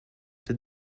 did